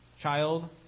child